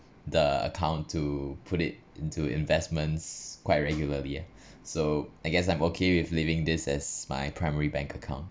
the account to put it into investments quite regularly ah so I guess I'm okay with leaving this as my primary bank account